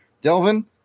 Delvin